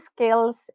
skills